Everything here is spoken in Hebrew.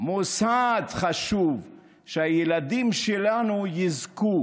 מוסד חשוב, שהילדים שלנו יזכו